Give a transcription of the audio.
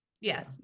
Yes